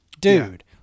dude